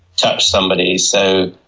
touch somebody, so